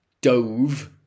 dove